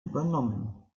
übernommen